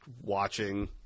watching